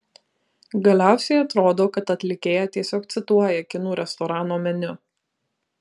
galiausiai atrodo kad atlikėja tiesiog cituoja kinų restorano meniu